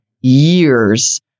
years